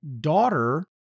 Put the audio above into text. daughter